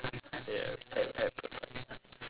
ya air air purifier